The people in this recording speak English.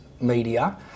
media